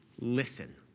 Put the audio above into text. Listen